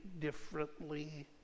differently